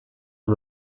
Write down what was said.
amb